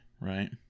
right